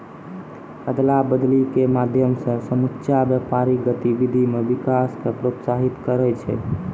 अदला बदली के माध्यम से समुच्चा व्यापारिक गतिविधि मे विकास क प्रोत्साहित करै छै